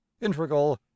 integral